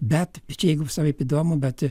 bet čia jeigu savaip įdomu bet